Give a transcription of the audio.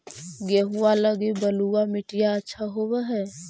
गेहुआ लगी बलुआ मिट्टियां अच्छा होव हैं?